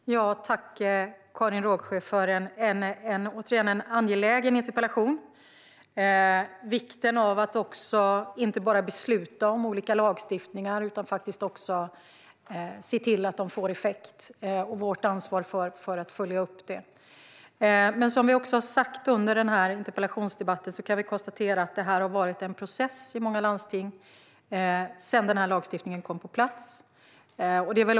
Fru talman! Tack återigen, Karin Rågsjö, för en angelägen interpellation om vikten av att inte bara besluta om olika lagstiftningar utan faktiskt också se till att de får effekt och vårt ansvar för att följa upp det. Som vi också har sagt under den här interpellationsdebatten kan vi konstatera att det har varit en process i många landsting sedan den här lagstiftningen kom på plats.